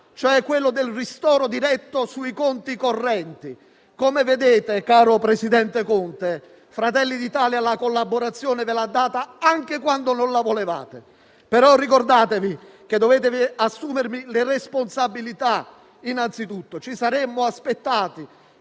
cioè quella del ristoro diretto sui conti correnti. Come vede, caro presidente Conte, Fratelli d'Italia la collaborazione ve l'ha data anche quando non la volevate, però ricordatevi che dovete assumervi le responsabilità innanzitutto. Ci saremmo aspettati